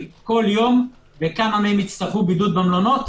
כל יום וכמה מהם יצטרכו בידוד במלונות,